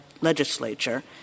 legislature